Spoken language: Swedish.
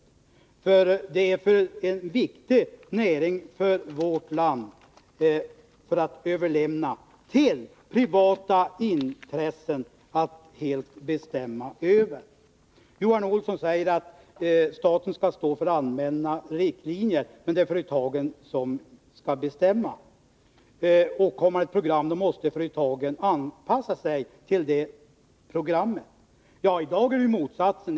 Dessa näringar är så viktiga för vårt land att det inte bör överlämnas åt privata intressen att helt bestämma över dem. Johan Olsson säger att staten skall stå för allmänna riktlinjer men att företagen skall bestämma. Kommer det ett program, så måste företagen anpassa sig till det. Ja, i dag gäller motsatsen.